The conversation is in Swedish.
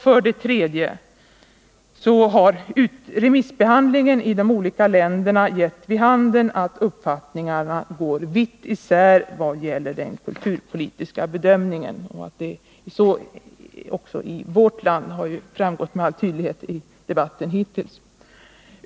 För det tredje: Remissbehandlingen i de olika länderna har gett vid handen att uppfattningarna går vitt isär vad gäller den kulturpolitiska bedömningen. Att det är så också i vårt land har ju framgått med all tydlighet av debatten hittills.